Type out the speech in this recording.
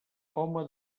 home